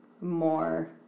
more